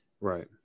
Right